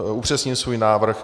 Upřesním svůj návrh.